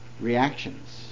reactions